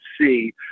see